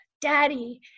daddy